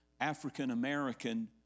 African-American